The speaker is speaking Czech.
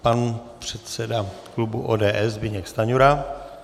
Pan předseda klubu ODS Zbyněk Stanjura.